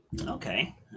Okay